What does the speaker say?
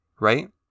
right